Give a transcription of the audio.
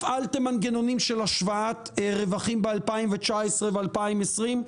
הפעלתם מנגנונים של השוואת רווחים ב-2019 ו-2020.